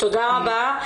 תודה רבה,